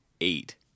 eight